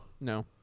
No